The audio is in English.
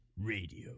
Radio